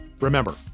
Remember